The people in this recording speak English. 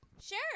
Sure